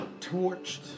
torched